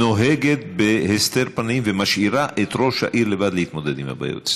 נוהגת בהסתר פנים ומשאירה את ראש העיר לבד להתמודד עם הבעיות.